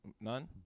None